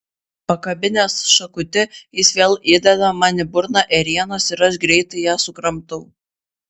pakabinęs šakute jis vėl įdeda man į burną ėrienos ir aš greitai ją sukramtau